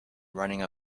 running